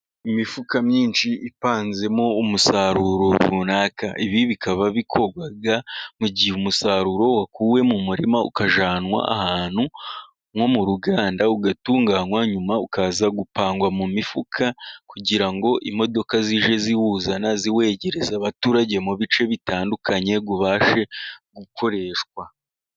Imifuka myinshi ipanzemo umusaruro runaka, ibi bikaba bikorwa mu gihe umusaruro wakuwe mu murima ukajyanwa ahantu nko mu ruganda, ugatunganywa, nyuma ukaza gupangwa mu mifuka, kugira ngo imodoka zijye ziwuzana ziwegereza abaturage mu bice bitandukanye, ubashe gukoreshwa.